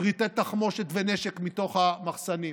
פריטי תחמושת ונשק מתוך המחסנים,